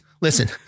listen